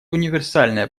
универсальное